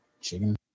chicken